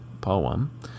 poem